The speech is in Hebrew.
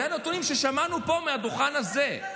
אלה נתונים ששמענו פה, מהדוכן הזה.